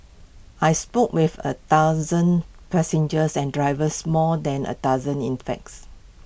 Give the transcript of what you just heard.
I spoke with A dozen passengers and drivers more than A dozen in facts